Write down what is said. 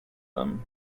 them